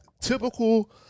typical